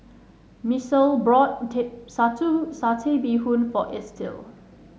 Misael brought Satay Bee Hoon for Estill